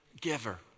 giver